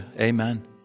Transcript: amen